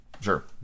Sure